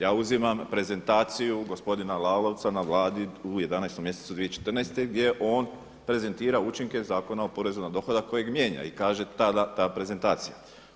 Ja uzimam prezentaciju gospodina Lalovca na Vladi u 11 mjesecu 2014. gdje on prezentira učinke Zakona o porezu na dohodak kojeg mijenja i kaže tada ta prezentacija.